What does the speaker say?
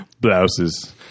Blouses